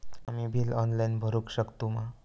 आम्ही bill online भरुक शकतू मा?